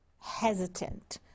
hesitant